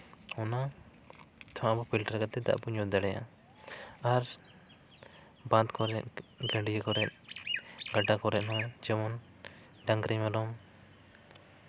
ᱚᱱᱟ ᱯᱷᱤᱞᱴᱟᱨ ᱠᱟᱛᱮᱜ ᱫᱟᱜ ᱵᱚᱱ ᱧᱩ ᱫᱟᱲᱮᱭᱟᱜᱼᱟ ᱟᱨ ᱵᱟᱸᱫᱷ ᱠᱚᱨᱮᱜ ᱜᱟᱹᱰᱭᱟᱹ ᱠᱚᱨᱮᱜ ᱜᱟᱰᱟ ᱠᱚᱨᱮᱜ ᱦᱚᱸ ᱡᱮᱢᱚᱱ ᱰᱟᱝᱨᱤ ᱢᱮᱨᱚᱢ